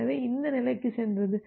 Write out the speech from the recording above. எனவே இந்த நிலைக்குச் சென்றது